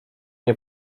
nie